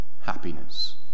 Happiness